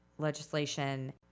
legislation